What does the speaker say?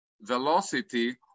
velocity